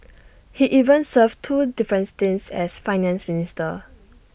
he even served two different stints as Finance Minister